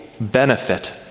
benefit